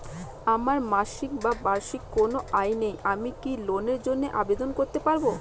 আমার মাসিক বা বার্ষিক কোন আয় নেই আমি কি লোনের জন্য আবেদন করতে পারব?